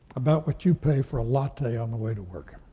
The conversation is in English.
about what you pay for a latte on the way to work.